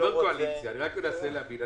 קואליציה אני רק מנסה להבין.